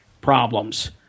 problems